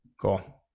Cool